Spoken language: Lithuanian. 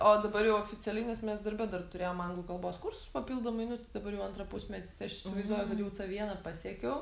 o dabar jau oficialiai nes mes darbe dar turėjom anglų kalbos kursus papildomai nu dabar jau antrą pusmetį tai aš įsivaizduoju kad jau c vieną pasiekiau